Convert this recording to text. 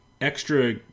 extra